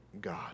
God